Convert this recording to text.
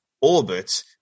orbit